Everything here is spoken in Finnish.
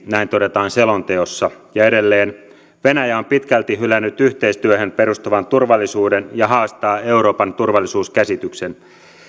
näin todetaan selonteossa ja edelleen venäjä on pitkälti hylännyt yhteistyöhön perustuvan turvallisuuden ja haastaa euroopan turvallisuuskäsityksen